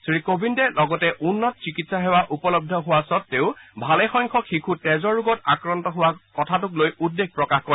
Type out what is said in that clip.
শ্ৰী কোৱিন্দে লগতে উন্নত চিকিৎসা সেৱা উপলব্ধ হোৱা স্বত্বেও ভালেসংখ্যক শিশু তেজৰ ৰোগত আক্ৰান্ত হোৱা কথাটোক লৈ উদ্বেগ প্ৰকাশ কৰে